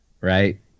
right